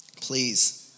Please